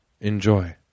enjoy